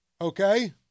okay